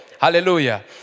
Hallelujah